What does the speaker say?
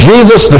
Jesus